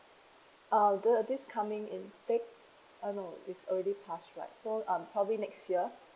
uh the this coming intake uh no is already passed right so um probably next year